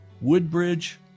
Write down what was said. Woodbridge